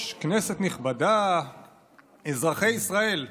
התשע"ה 2015,